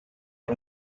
era